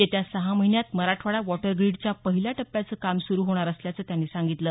येत्या सहा महिन्यांत मराठवाडा वॉटर ग्रीडच्या पहिल्या टप्प्याचं काम सुरू होणार असल्याचं त्यांनी सांगितलं